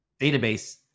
database